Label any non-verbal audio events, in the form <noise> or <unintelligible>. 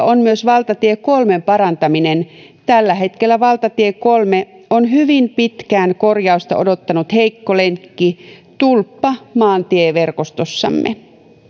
<unintelligible> on myös valtatie kolmen parantaminen tällä hetkellä valtatie kolme on hyvin pitkään korjausta odottanut heikko lenkki tulppa maantieverkostossamme